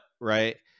right